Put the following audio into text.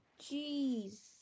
jeez